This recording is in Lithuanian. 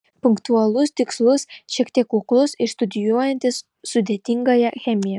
punktualus tikslus šiek tiek kuklus ir studijuojantis sudėtingąją chemiją